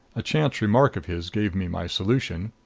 a chance remark of his gave me my solution.